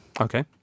Okay